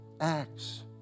acts